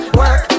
work